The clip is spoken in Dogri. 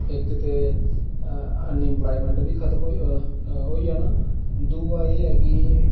इक ते अनएंप्लायमेंट बी खत्म् होई आना दुआ एह् ऐ कि